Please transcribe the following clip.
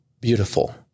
beautiful